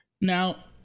Now